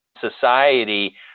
society